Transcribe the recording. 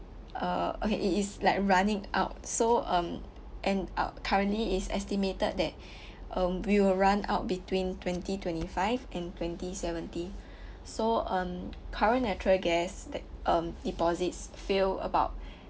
uh okay it is like running out so um and uh currently is estimated that um we will run out between twenty twenty five and twenty seventy so um current natural gas that um deposits fill about